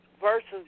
versus